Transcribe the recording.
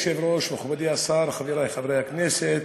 כבוד היושב-ראש, מכובדי השר, חברי חברי הכנסת,